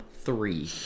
three